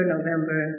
November